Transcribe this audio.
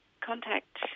contact